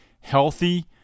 healthy